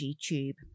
tube